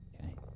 Okay